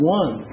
one